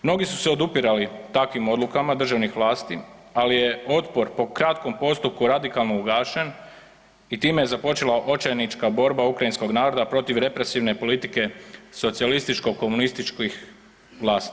Mnogi su se odupirali takvim odlukama državnih vlasti, ali je otpor po kratkom postupku radikalno ugašen i time je započela očajnička borba ukrajinskog naroda protiv represivne politike socijalističkog-komunističkih vlasti.